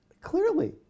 Clearly